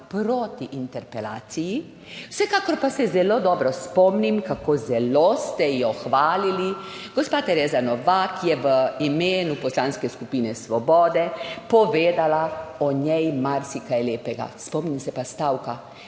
proti interpelaciji, vsekakor pa se zelo dobro spomnim, kako zelo ste jo hvalili, gospa Tereza Novak je v imenu Poslanske skupine Svobode povedala o njej marsikaj lepega. Spomnim se pa stavka,